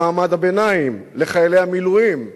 למעמד הביניים, לחיילי המילואים?